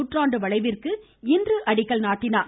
நூற்றாண்டு வளைவிற்கு இன்று அடிக்கல் நாட்டினார்